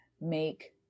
make